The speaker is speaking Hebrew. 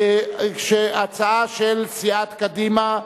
הצעה של סיעת קדימה.